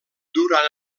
durant